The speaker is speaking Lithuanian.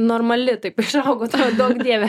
normali taip išaugau atrodo duok dieve